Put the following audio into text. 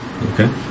Okay